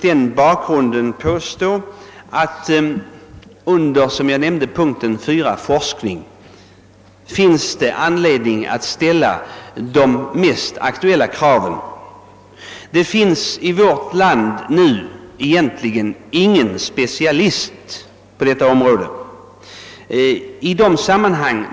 Det är beträffande forskningen på detta område som de mest aktuella kraven kan resas. Det finns i vårt land egentligen ingen specialist på forskning av detta slag.